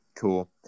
cool